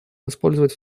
использовать